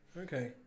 Okay